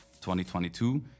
2022